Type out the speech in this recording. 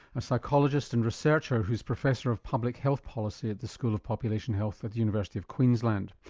a psychologist and researcher who's professor of public health policy at the school of population health at the university of queensland.